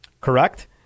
correct